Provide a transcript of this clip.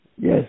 Yes